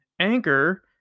Anchor